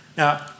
Now